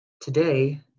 today